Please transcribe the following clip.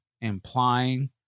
implying